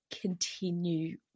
continue